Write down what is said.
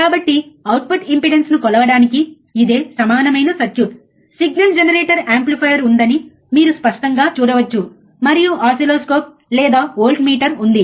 కాబట్టి అవుట్పుట్ ఇంపెడెన్స్ను కొలవడానికి ఇది సమానమైన సర్క్యూట్ సిగ్నల్ జెనరేటర్ యాంప్లిఫైయర్ ఉందని మీరు స్పష్టంగా చూడవచ్చు మరియు ఓసిల్లోస్కోప్ లేదా వోల్టమీటర్ ఉంది